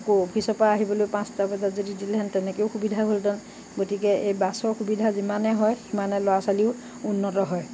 আকৌ অফিচৰ পৰা আহিবলৈ পাঁচটা বজাত যদি দিলেহেঁতেন তেনেকেও সুবিধা হ'লহেঁতেন গতিকে এই বাছৰ সুবিধা যিমানে হয় সিমানে ল'ৰা ছোৱালীও উন্নত হয়